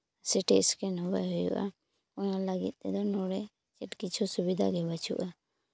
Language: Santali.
ᱥᱤᱴᱤ ᱥᱠᱮᱱ ᱦᱚᱸ ᱵᱟᱭ ᱦᱩᱭᱩᱜᱼᱟ ᱚᱱᱟ ᱞᱟᱹᱜᱤᱫ ᱛᱮᱫᱚ ᱱᱚᱸᱰᱮ ᱪᱮᱫ ᱠᱤᱪᱷᱩ ᱥᱩᱵᱤᱫᱟᱜᱮ ᱵᱟᱹᱪᱩᱜᱼᱟ